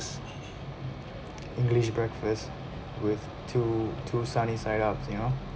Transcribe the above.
english breakfast with two two sunny side ups you know